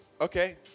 Okay